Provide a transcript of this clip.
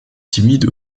timide